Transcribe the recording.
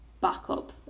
backup